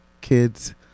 kids